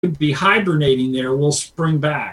We'll be hibernating there, we'll spring back.